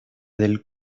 del